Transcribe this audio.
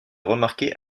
remarqué